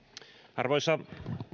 arvoisa